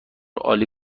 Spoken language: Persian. عالی